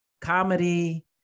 comedy